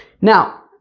Now